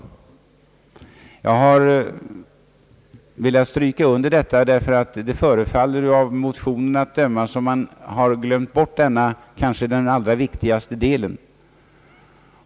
Jag har velat stryka under detta därför att det förefaller av motionerna som om man har glömt bort denna del av vuxenutbildningen, kanske den allra Viktigaste.